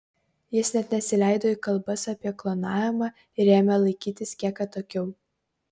jis net nesileido į kalbas apie klonavimą ir ėmė laikytis kiek atokiau